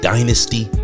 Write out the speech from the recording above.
Dynasty